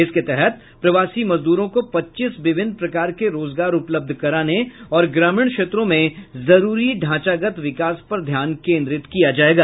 इसके तहत प्रवासी मजदूरों को पच्चीस विभिन्न प्रकार के रोजगार उपलब्ध कराने और ग्रामीण क्षेत्रों में जरूरी ढांचागत विकास पर ध्यान केंद्रित किया जाएगा